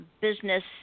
business